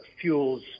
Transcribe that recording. fuels